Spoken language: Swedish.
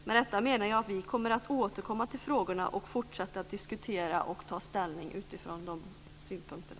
Med detta menar jag att vi kommer att återkomma till frågorna och fortsätta att diskutera och ta ställning utifrån de synpunkterna.